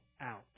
out